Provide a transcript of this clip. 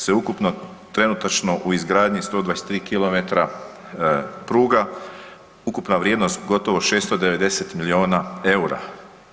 Sveukupno trenutačno u izgradnji 123 km pruga ukupna vrijednost gotovo 690 miliona EUR-a.